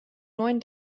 neuen